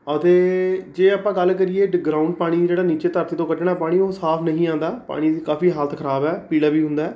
ਅਤੇ ਜੇ ਆਪਾਂ ਗੱਲ ਕਰੀਏ ਡ ਗਰਾਉਂਡ ਪਾਣੀ ਦੀ ਜਿਹੜਾ ਨੀਚੇ ਧਰਤੀ ਤੋਂ ਕੱਢਣਾ ਪਾਣੀ ਉਹ ਸਾਫ਼ ਨਹੀਂ ਆਉਂਦਾ ਪਾਣੀ ਦੀ ਕਾਫ਼ੀ ਹਾਲਤ ਖਰਾਬ ਹੈ ਪੀਲਾ ਵੀ ਹੁੰਦਾ